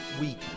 week